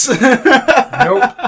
Nope